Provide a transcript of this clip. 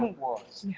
was